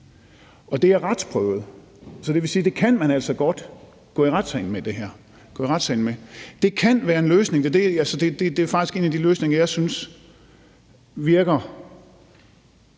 Det er retsprøvet, så det vil sige, at det kan man altså godt gå i retssalen med. Det kan være en løsning, og det er faktisk en af de løsninger, som jeg synes virker